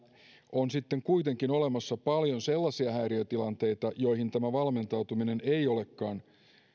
on kuitenkin olemassa paljon sellaisia häiriötilanteita joihin valmentautuminen ei olekaan